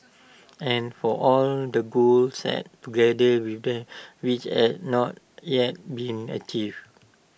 and for all the goals set together with them which had not yet been achieved